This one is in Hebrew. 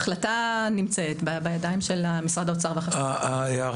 ההחלטה נמצאת בידיים של משרד האוצר והחשב הכללי.